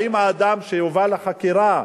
האם האדם שהובא לחקירה,